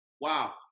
Wow